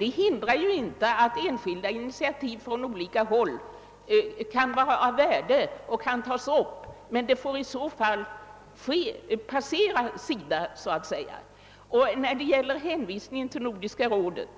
Detta hindrar dock inte att enskilda initiativ från olika håll kan vara av värde och bör kunna tas upp till behandling, men det får i så fall gå genom SIDA. När det gäller hänvisningen till Nordiska rådet